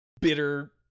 bitter